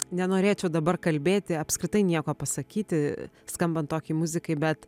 nenorėčiau dabar kalbėti apskritai nieko pasakyti skambant tokiai muzikai bet